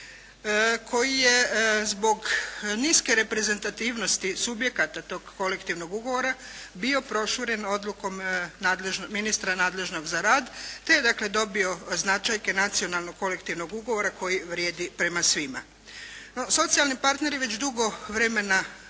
koji je zbog niske reprezentativnosti subjekata tog kolektivnog ugovora bio proširen odlukom ministra nadležnog za rad te je dakle dobio značajke nacionalnog kolektivnog ugovora koji vrijedi prema svima. No, socijalni partneri već dugo vremena